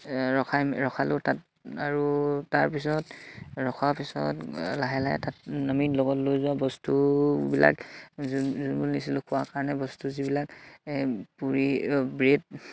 ৰখাই ৰখালোঁ তাত আৰু তাৰপিছত ৰখোৱাৰ পিছত লাহে লাহে তাত নামি লগত লৈ যোৱা বস্তুবিলাক যোনবোৰ নিছিলোঁ খোৱাৰ কাৰণে বস্তু যিবিলাক পুৰি ব্ৰেড